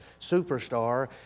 superstar